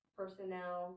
personnel